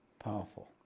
Powerful